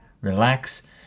relax